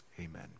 Amen